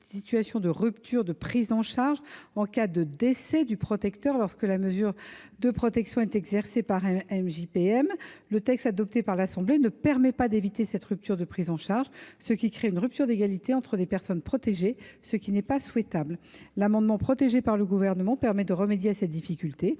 situations de rupture de prise en charge, en cas de décès du protecteur, lorsque la mesure de protection est exercée par un MJPM. Le texte adopté par l’Assemblée nationale ne permet pas d’éviter cette rupture de prise en charge, ce qui crée une rupture d’égalité entre les personnes protégées. L’amendement présenté par le Gouvernement tend à remédier à cette difficulté.